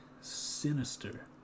sinister